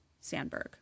Sandberg